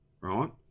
right